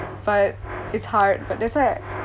but it's hard but that's why